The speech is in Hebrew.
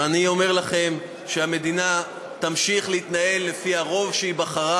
ואני אומר לכם שהמדינה תמשיך להתנהל לפי הרוב שהיא בחרה.